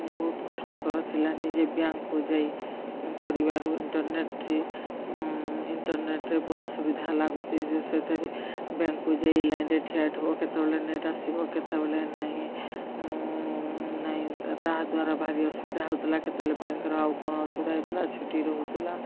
ବହୁତ କଷ୍ଟକର ଥିଲା ନିଜେ ବ୍ୟାଙ୍କକୁ ଯାଇ କରିବାରୁ ଇଣ୍ଟରନେଟ୍ର ଇଣ୍ଟରନେଟ୍ରେ ବହୁତ ସୁବିଧା ଲାଗୁଛି ଯେ ସେଥିରେ ବ୍ୟାଙ୍କକୁ ଯାଇ ଲାଇନରେ ଠିଆ ହେଇଥବ କେତେବେଳେ ନେଟ ଆସିବ କେତେବେଳେ ନାଇଁ ନାଇଁ ତାହା ଦ୍ୱାରା ଭାରି ଅସୁବିଧା ହଉଥିଲା କେତେବେଳେ ବ୍ୟାଙ୍କର ଆଉ କଣ ଅସୁବିଧା ହେଉଥିଲା ଛୁଟି ରହୁଥିଲା